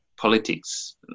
politics